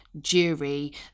jury